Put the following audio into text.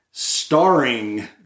starring